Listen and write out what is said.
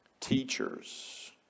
teachers